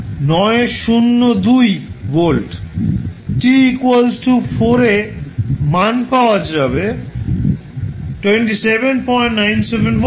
t 4 এ এর মান হবে 2797 ভোল্ট